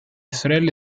sorelle